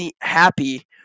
happy